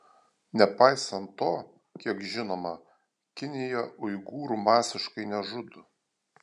nepaisant to kiek žinoma kinija uigūrų masiškai nežudo